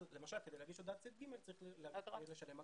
כדי להגיש הודעת צד ג' צריך לשלם אגרה.